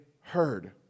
heard